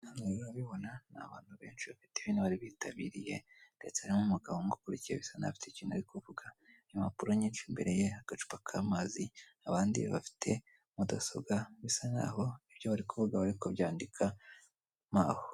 Hano rero urabibona ni abantu benshi bafite ibintu bari bitabiriye ndetse harimo umugabo umukurikiye bisa n'aho afite ikintu yo kuvuga, impapuro nyinshi mbere ye, agacupa k'amazi, abandi bafite mudasobwa bisa nk'aho ibyo bari kuvuga bari ku byandika mo aho.